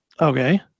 Okay